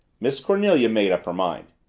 miss cornelia made up her mind.